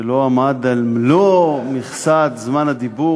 שלא עמד על מלוא מכסת זמן הדיבור.